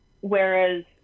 whereas